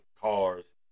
cars